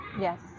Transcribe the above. Yes